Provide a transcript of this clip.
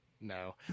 No